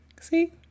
See